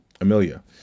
Amelia